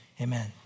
amen